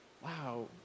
wow